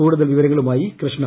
കൂടുതൽ വിവരങ്ങളുമായി കൃഷ്ണ